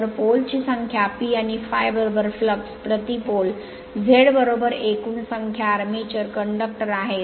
तर poleांची संख्या P आणि ∅ फ्लक्स प्रति pole Z एकूण संख्या आर्मेचर कंडक्टर आहे